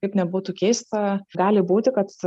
kaip nebūtų keista gali būti kad